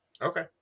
Okay